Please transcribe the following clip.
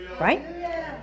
right